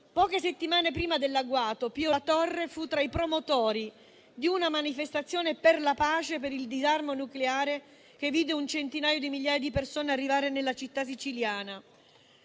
Poche settimane prima dell'agguato, Pio La Torre era stato tra i promotori di una manifestazione per la pace e per il disarmo nucleare che vide un centinaio di migliaia di persone arrivare nella città siciliana.